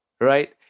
right